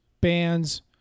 bands